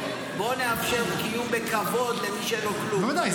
בואו נאפשר קיום בכבוד למי שאין לו כלום -- בוודאי,